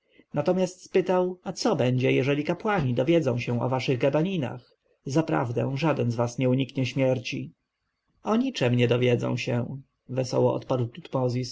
natomiast spytał a co będzie jeżeli kapłani dowiedzą się o waszych gadaninach zaprawdę żaden z was nie uniknie śmierci o niczem nie dowiedzą się wesoło odparł tutmozis zanadto